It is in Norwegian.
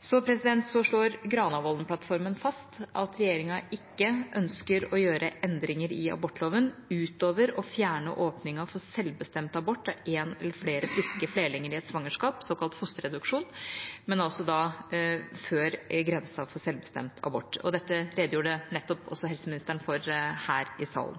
Så slår Granavolden-plattformen fast at regjeringa ikke ønsker å gjøre endringer i abortloven utover å fjerne åpningen for selvbestemt abort av en eller flere friske flerlinger i et svangerskap, såkalt fosterreduksjon, men da før grensa for selvbestemt abort. Det redegjorde helseministeren nettopp for her i salen.